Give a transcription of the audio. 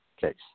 case